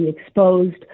exposed